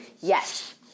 Yes